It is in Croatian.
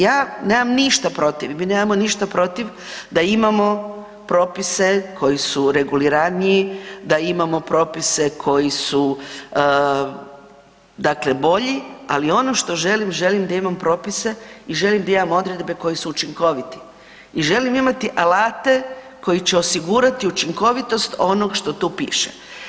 Ja nemam ništa protiv i mi nemamo ništa protiv da imamo propise koji su reguliraniji, da imamo propise koji su dakle bolji, ali ono što želim, želim da imam propise i želim da imamo odredbe koje su učinkoviti i želim imati alate koji će osigurati učinkovitost onog što tu piše.